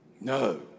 No